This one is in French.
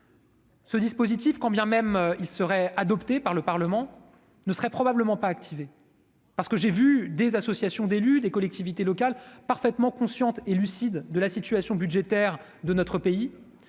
Ce dispositif, quand bien même il serait adoptée par le Parlement ne serait probablement pas activée, parce que j'ai vu des associations d'élus des collectivités locales parfaitement consciente et lucide de la situation budgétaire de notre pays